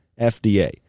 FDA